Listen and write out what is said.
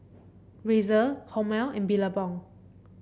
Razer Hormel and Billabong